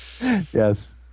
Yes